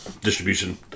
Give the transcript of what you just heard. distribution